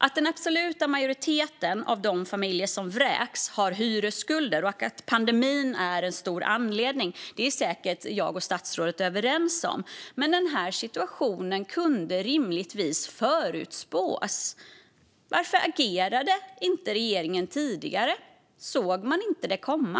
Att den absoluta majoriteten av de familjer som vräks har hyresskulder och att pandemin är en stor anledning är säkert jag och statsrådet överens om. Men den här situationen kunde rimligtvis förutspås. Varför agerade inte regeringen tidigare? Såg man det inte komma?